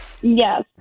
yes